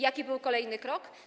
Jaki był kolejny krok?